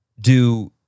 do-